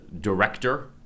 director